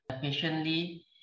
patiently